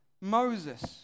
Moses